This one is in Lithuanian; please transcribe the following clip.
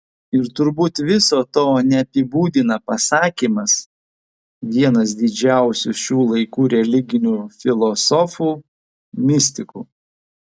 ir turbūt viso to neapibūdina pasakymas vienas didžiausių šių laikų religinių filosofų mistikų